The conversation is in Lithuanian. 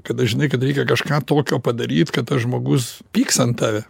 kada žinai kad reikia kažką tokio padaryt kad žmogus pyks ant tave